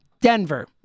Denver